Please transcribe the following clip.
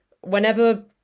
whenever